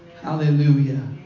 Hallelujah